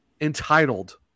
entitled